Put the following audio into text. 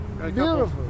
beautiful